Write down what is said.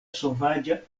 sovaĝa